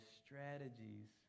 strategies